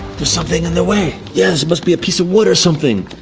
there's something in the way. yeah this must be a piece of wood or something.